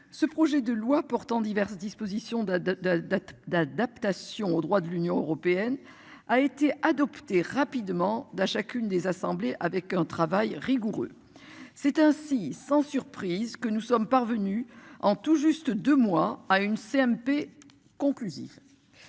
Ce projet de loi portant diverses dispositions d'de dettes. D'adaptation au droit de l'Union européenne a été adopté rapidement d'chacune des assemblées avec un travail rigoureux. C'est ainsi, sans surprise, que nous sommes parvenus en tout juste 2 mois à une CMP conclusive.